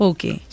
Okay